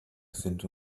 sind